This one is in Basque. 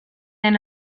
den